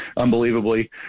unbelievably